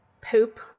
poop